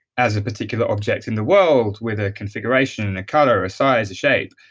as a particular object in the world with a configuration and a color, a size, a shape,